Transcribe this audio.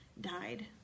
died